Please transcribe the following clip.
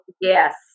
yes